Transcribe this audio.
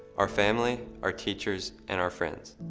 our family, our teachers, and our friends.